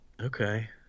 Okay